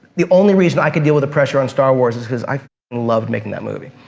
the only reason i could deal with the pressure on star wars is because i loved making that movie,